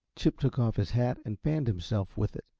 chip took off his hat and fanned himself with it.